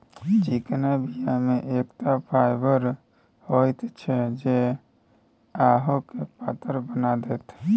चिकना बीया मे एतेक फाइबर होइत छै जे अहाँके पातर बना देत